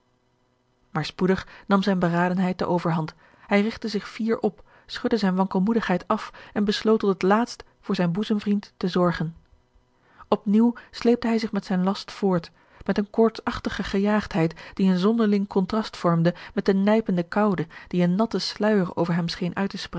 maar spoedig nam zijne beradenheid de overhand hij rigtte zich fier op schudde zijne wankelmoedigheid af en besloot tot het laatst voor zijn boezemvriend te zorgen op nieuw sleepte hij zich met zijn last voort met eene koortsachtige gejaagdheid die een zonderling contrast vormde met de nijpende koude die een natten sluijer over hem scheen uit